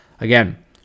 Again